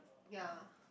ya